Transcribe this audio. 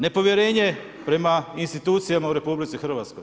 Nepovjerenje prema institucijama u RH.